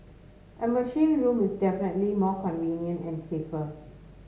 a machine room is definitely more convenient and safer